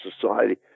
society